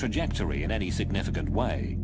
trajectory in any significant way